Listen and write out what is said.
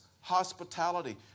hospitality